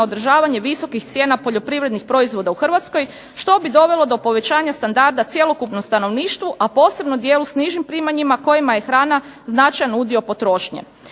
na održavanje visokih cijena poljoprivrednih cijena u HRvatskoj, što bi dovelo do povećanja standarda cjelokupnom stanovništvu a posebno dijelu s nižim primanjima kojima je hrana značajan udio potrošnje.